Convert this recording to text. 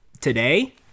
today